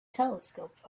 telescope